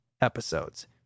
episodes